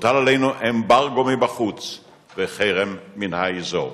הוטל עלינו אמברגו מבחוץ וחרם מן האזור.